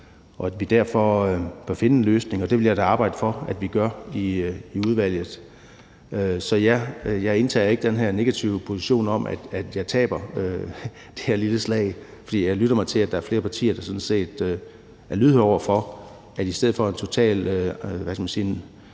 og at vi derfor bør finde en løsning, og det vil jeg da arbejde for at vi gør i udvalget. Så ja, jeg indtager ikke den her negative position og tænker, at jeg taber det her lille slag. For jeg lytter mig til, at der er flere partier, der sådan set er lydhøre over for det, og at man i stedet for en – hvad skal man sige